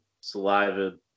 saliva